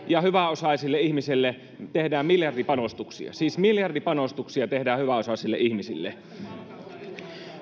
ja hyväosaisille ihmisille tehdään miljardipanostuksia siis miljardipanostuksia tehdään hyväosaisille ihmisille